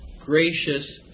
gracious